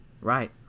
Right